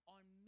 On